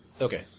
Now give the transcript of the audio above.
Okay